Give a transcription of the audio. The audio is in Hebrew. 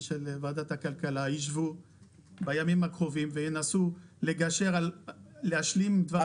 של ועדת הכלכלה ישבו בימים הקרובים וינסו להשלים דברים שחסרים?